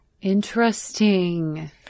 Interesting